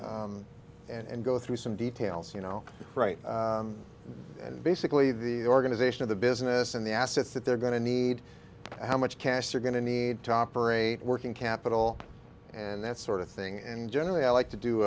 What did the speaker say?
mean and go through some details you know right and basically the organization of the business and the assets that they're going to need how much cash they're going to need to operate working capital and that sort of thing and generally i like to do